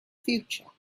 future